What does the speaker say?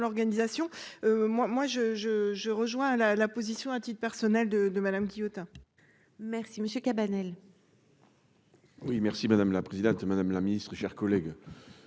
l'organisation, moi, moi je, je, je rejoins la la position à titre personnel de de Madame Guillotin. Merci monsieur Cabanel. Oui merci madame la présidente, madame la Ministre, chers collègues,